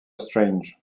strange